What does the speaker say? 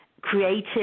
creative